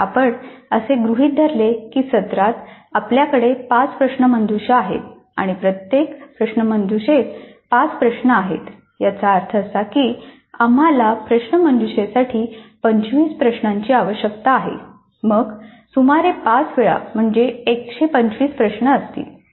जर आपण असे गृहीत धरले की सत्रात आपल्याकडे पाच प्रश्नमंजुषा आहेत आणि प्रत्येक प्रश्नमंजुषेत पाच प्रश्न आहेत याचा अर्थ असा की आम्हाला प्रश्नमंजुषेसाठी 25 प्रश्नांची आवश्यकता आहे मग सुमारे पाच वेळा म्हणजे 125 प्रश्न असतील